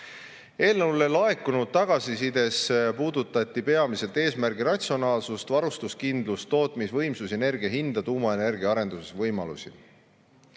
Eelnõu kohta laekunud tagasisides puudutati peamiselt eesmärgi ratsionaalsust, varustuskindlust, tootmisvõimsust, energia hinda ja tuumaenergia arendusvõimalusi.